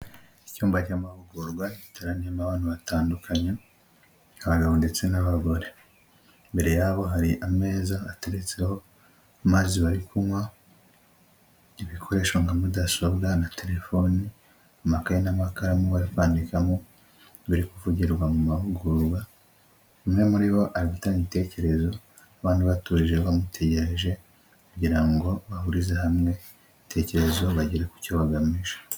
Icyumba ry'amahugurwa giteraniyemo abantu batandukanye abagabo ndetse n'abagore, imbere yabo hari ameza ateretseho amazi bari kunywa, ibikoresho nka mudasobwa na telefoni, amakaye, n'amakaramu, bari kwandikamo ibiri kuvugirwa mu mahugurwa, umwe muri bo afite ibitekerezo abantu baturije bamutegereje kugira ngo bahurize hamwe ibitekerezo bagere ku cyo bagamije.